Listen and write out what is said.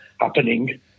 happening